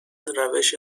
روش